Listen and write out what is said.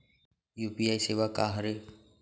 UPI सेवा का हरे?